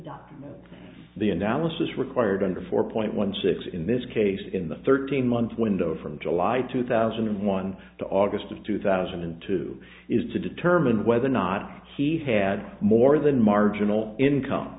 documents the analysis required under four point one six in this case in the thirteen month window from july two thousand and one to august of two thousand and two is to determine whether or not he had more than marginal income